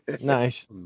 Nice